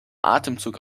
atemzug